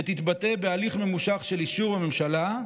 שתתבטא בהליך ממושך של אישור הממשלה,